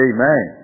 Amen